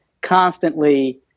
constantly